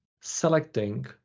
selecting